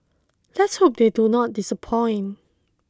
let's hope they do not disappoint